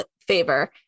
favor